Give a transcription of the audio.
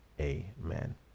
amen